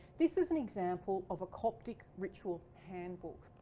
this is an example of a coptic ritual handbook.